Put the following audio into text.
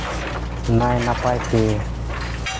ᱱᱟᱭ ᱱᱟᱯᱟᱭ ᱛᱮ